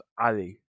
Ali